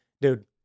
dude